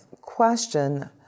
question